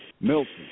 Milton